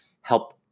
help